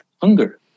hunger